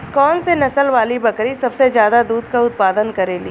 कौन से नसल वाली बकरी सबसे ज्यादा दूध क उतपादन करेली?